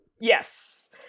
yes